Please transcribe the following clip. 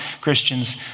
Christians